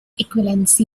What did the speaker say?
equivalence